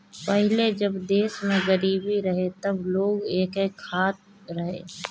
पहिले जब देश में गरीबी रहे तब लोग एके खात रहे